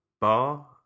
bar